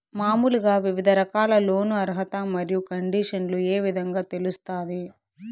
మామూలుగా వివిధ రకాల లోను అర్హత మరియు కండిషన్లు ఏ విధంగా తెలుస్తాది?